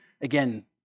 Again